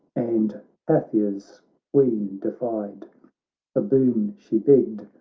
and paphia's queen defied, a boon she begged,